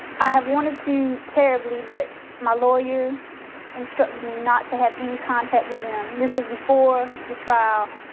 i have wanted to terribly, but my lawyer instructed me not to have any contact with them. this was before the trial.